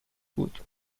بود